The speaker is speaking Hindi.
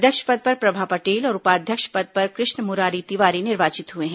अध्यक्ष पद पर प्रभा पटेल और उपाध्यक्ष पद पर कृष्ण मुरारी तिवारी निर्वाचित हुए हैं